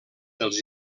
dels